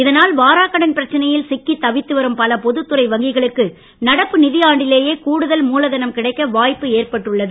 இதனால் வாராக்கடன் பிரச்சனையில் சிக்கித் தவித்து வரும் பல பொதுத்துறை வங்கிகளுக்கு நடப்பு நிதி ஆண்டிலேயெ கூடுதல் மூலதனம் கிடைக்க வாய்ப்பு ஏற்பட்டுள்ளது